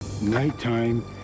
nighttime